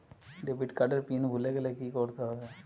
Debit card এর PIN ভুলে গেলে কি করতে হবে?